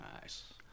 nice